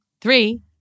Three